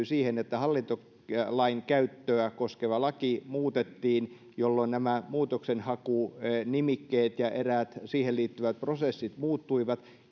siihen että hallintolainkäyttöä koskeva laki muutettiin jolloin muutoksenhakunimikkeet ja eräät siihen liittyvät prosessit muuttuivat